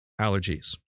allergies